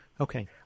Okay